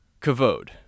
kavod